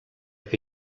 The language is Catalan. que